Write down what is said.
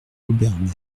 obernai